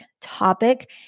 topic